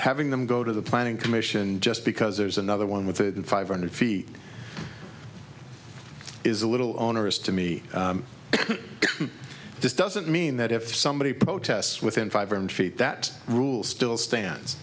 having them go to the planning commission just because there's another one with it in five hundred feet is a little onerous to me this doesn't mean that if somebody protests within five hundred feet that rule still stands